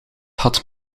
had